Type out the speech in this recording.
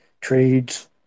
trades